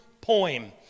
poem